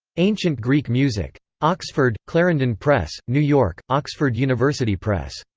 ancient greek music. oxford clarendon press new york oxford university press.